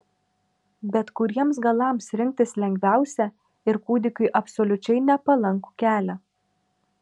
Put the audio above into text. bet kuriems galams rinktis lengviausia ir kūdikiui absoliučiai nepalankų kelią